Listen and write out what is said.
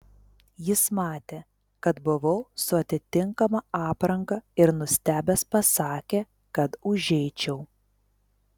jis matė kad buvau su atitinkama apranga ir nustebęs pasakė kad užeičiau